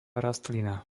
rastlina